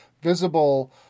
visible